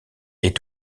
est